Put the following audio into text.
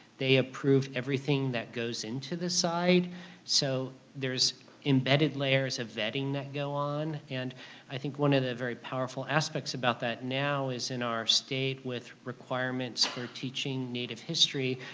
they approve everything that goes into the site so there's embedded layers of vetting that go on, and i think one of the very powerful aspects about that now is in our state with requirements for teaching native history,